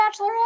bachelorette